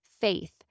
faith